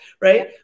right